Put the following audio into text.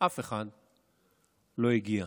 לא הגיע.